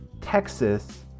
Texas